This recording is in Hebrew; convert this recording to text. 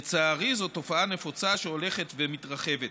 לצערי, זו תופעה נפוצה שהולכת ומתרחבת.